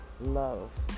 love